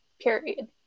period